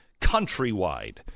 countrywide